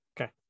Okay